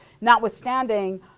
notwithstanding